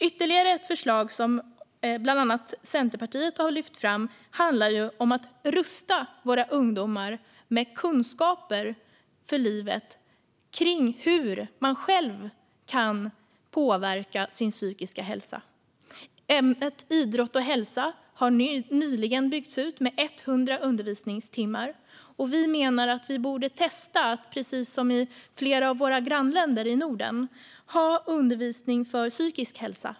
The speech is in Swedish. Ytterligare ett förslag som bland andra Centerpartiet har lyft fram handlar om att rusta våra ungdomar med kunskaper inför livet om hur man själv kan påverka sin psykiska hälsa. Ämnet idrott och hälsa har nyligen byggts ut med 100 undervisningstimmar, och jag menar att vi, precis som våra grannländer i Norden, borde testa att ha undervisning för psykisk hälsa.